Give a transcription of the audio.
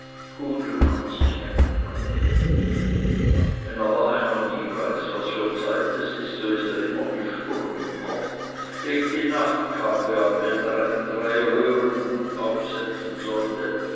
hudeln an sich hängen hat wenn aber einer nie weiß was für zeit es ist so ist er immer wie sturm im kopf legt die nachtkappe an wenn er einen dreiröhrenhut aufsetzen sollte